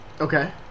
Okay